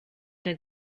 der